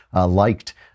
liked